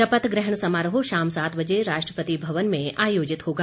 शपथ ग्रहण समारोह शाम सात बजे राष्ट्रपति भवन में आयोजित होगा